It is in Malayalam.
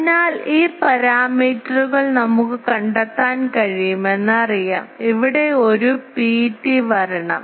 അതിനാൽ ഈ പാരാമീറ്ററുകൾ നമുക്ക് കണ്ടെത്താൻ കഴിയുമെന്ന് അറിയാം ഇവിടെ ഒരു Pt വരണം